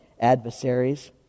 adversaries